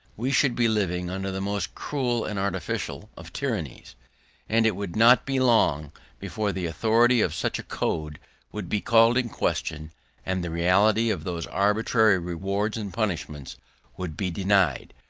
we should be living under the most cruel and artificial of tyrannies and it would not be long before the authority of such a code would be called in question and the reality of those arbitrary rewards and punishments would be denied,